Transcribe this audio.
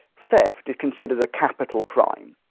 theft is considered a capital crime.